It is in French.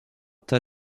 tas